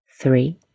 three